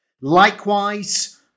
Likewise